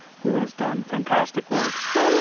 who has done fantastic work well, and